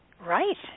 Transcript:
Right